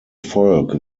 volk